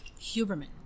Huberman